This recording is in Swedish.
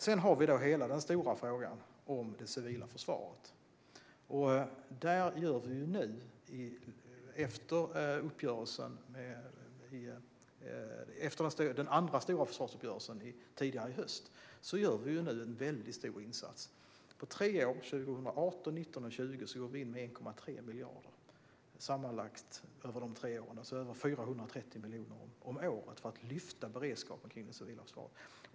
Sedan har vi hela den stora frågan om det civila försvaret. Efter den andra stora försvarsuppgörelsen tidigare i höst gör vi nu en stor insats. Under tre år - 2018, 2019 och 2020 - går vi in med sammanlagt 1,3 miljarder kronor. Det blir alltså 430 miljoner om året för att lyfta beredskapen hos det civila försvaret.